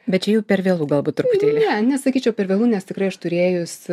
bet čia jau per vėlu galbūt truputėlį ne nesakyčiau per vėlu nes tikrai aš turėjus